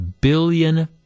billion